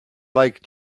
like